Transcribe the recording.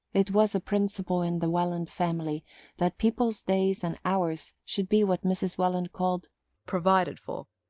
it was a principle in the welland family that people's days and hours should be what mrs. welland called provided for.